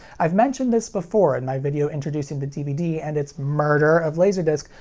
i've mentioned this before in my video introducing the dvd and its murder of laserdisc,